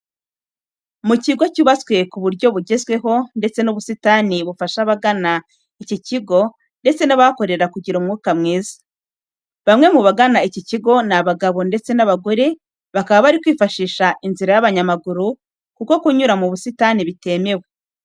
Mu kigo cyubatswe ku buryo bugezweho, ndetse n'ubusitani bufasha abagana iki kigo ndetse n'abahakorera kugira umwuka mwiza. Bamwe mu bagana iki kigo ni abagabo ndetse n'abagore bakaba bari kwifashisha inzira y'abanyamaguru kuko kunyura mu busitani bitemewe.